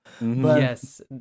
Yes